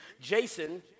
Jason